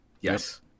Yes